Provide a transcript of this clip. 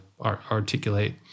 articulate